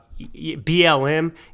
BLM